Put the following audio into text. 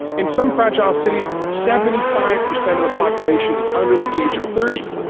in some fragile cities, seventy five percent of the population is under the age of thirty.